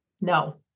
No